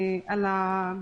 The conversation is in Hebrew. לא שמעתי שיש תכנית שיקום.